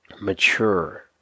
mature